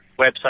website